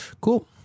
Cool